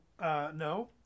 No